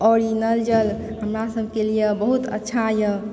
आओर ई नल जल हमरा सबके लिए बहुत अच्छा यऽ